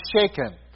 shaken